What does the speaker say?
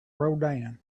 rodin